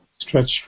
Stretch